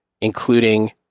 including